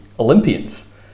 olympians